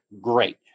great